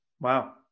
Wow